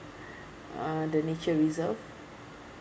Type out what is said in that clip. uh the nature reserve